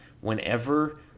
whenever